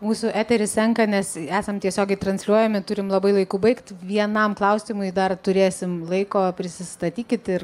mūsų eteris senka nes esam tiesiogiai transliuojami turim labai laiku baigt vienam klausimui dar turėsim laiko prisistatykit ir